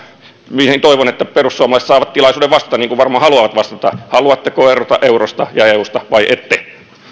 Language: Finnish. mihin toivon että perussuomalaiset saavat tilaisuuden vastata niin kuin varmaan haluavat vastata haluatteko erota eurosta ja eusta vai ette